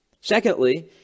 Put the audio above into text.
secondly